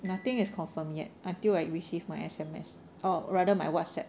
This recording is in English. nothing is confirmed yet until I receive my S_M_S or rather my whatsapp